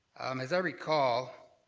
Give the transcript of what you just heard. as i recall,